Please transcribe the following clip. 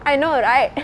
I know right